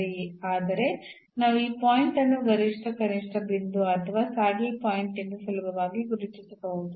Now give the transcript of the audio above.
ಈ ಬಿಂದುವಿನ ನೆರೆಹೊರೆಯಲ್ಲಿನ ಎಲ್ಲಾ ಬಿಂದುಗಳಲ್ಲಿ ಧನಾತ್ಮಕ ಅಥವಾ ಋಣಾತ್ಮಕ ಚಿಹ್ನೆಯನ್ನು ನಾವು ಹೊಂದಿದ್ದೇವೆಯೇ ಅಥವಾ ಚಿಹ್ನೆ ಬದಲಾಗುತ್ತಿದೆಯೇ ಎಂಬುದನ್ನು ನಾವು ಚರ್ಚಿಸುತ್ತೇವೆ